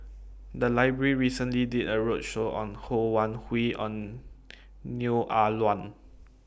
The Library recently did A roadshow on Ho Wan Hui and Neo Ah Luan